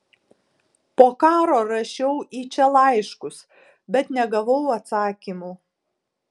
po karo rašiau į čia laiškus bet negavau atsakymų